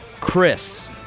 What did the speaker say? Chris